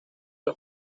los